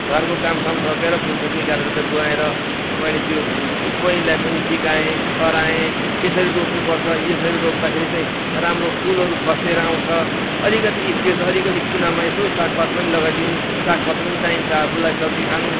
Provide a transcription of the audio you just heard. घरको कामसाम सकेर फुर्सद निकालेर चाहिँ गएँ र मैले त्यो बहिनीलाई पनि सिकाएँ अह्राएँ यसरी रोप्नुपर्छ यसरी रोप्दाखेरि चाहिँ राम्रो फुलहरू फस्टिएर आउँछ अलिकति स्पेस अलिकति कुनामा यसो सागपात पनि लगाइदिनु साागपात पनि चाहिन्छ आफूलाई सब्जी खानु